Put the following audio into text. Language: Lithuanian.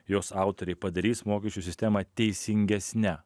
jos autoriai padarys mokesčių sistemą teisingesne